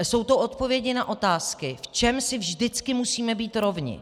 Jsou to odpovědi na otázky: V čem si vždycky musíme být rovni?